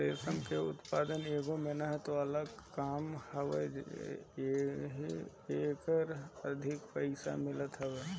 रेशम के उत्पदान एगो मेहनत वाला काम हवे एही से एकर अधिक पईसा मिलत हवे